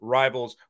rivals